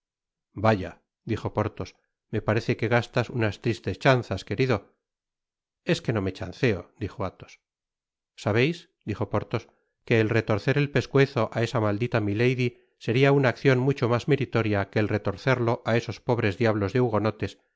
vaya dijo porthos me parece que gastas unas tristes chanzas querido es que no me chanceo dijo athos sabeis dijo porthos que el retorcer et pescuezo á esa maldita milady seria una accion mucho mas meritoria que el retorcerlo á esos pobres diablos de hugonotes que